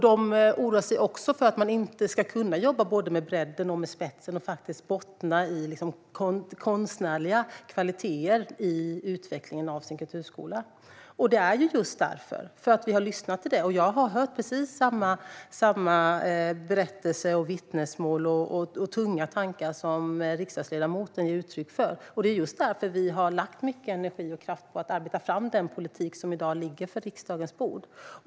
De oroar sig även för att man inte ska kunna jobba med både bredden och spetsen och faktiskt bottna i konstnärliga kvaliteter i utvecklingen av sin kulturskola. Jag har hört precis samma berättelser, vittnesmål och tunga tankar som riksdagsledamoten ger uttryck för. Det är just därför vi har lagt mycket energi och kraft på att arbeta fram den politik som i dag ligger på riksdagens bord.